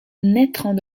naîtront